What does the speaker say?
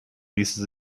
ließe